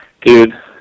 Dude